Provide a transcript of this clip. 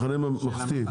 מחנה ממלכתי.